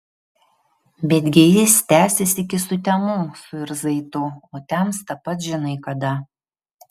betgi jis tęsis iki sutemų suirzai tu o temsta pats žinai kada